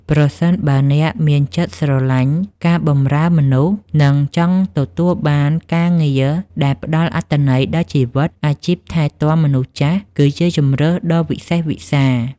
ប្រសិនបើអ្នកមានចិត្តស្រឡាញ់ការបម្រើមនុស្ស និងចង់ទទួលបានការងារដែលផ្តល់អត្ថន័យដល់ជីវិត អាជីពថែទាំមនុស្សចាស់គឺជាជម្រើសដ៏វិសេសវិសាល។